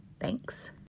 Thanks